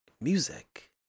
Music